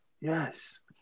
yes